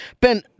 Ben